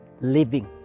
Living